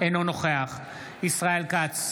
אינו נוכח ישראל כץ,